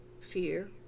fear